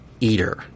Eater